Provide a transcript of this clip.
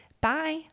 Bye